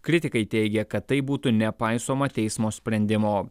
kritikai teigia kad taip būtų nepaisoma teismo sprendimo